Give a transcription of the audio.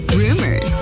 rumors